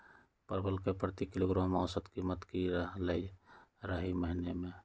परवल के प्रति किलोग्राम औसत कीमत की रहलई र ई महीने?